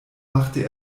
machte